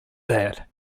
that